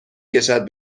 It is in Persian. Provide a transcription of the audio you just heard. کشد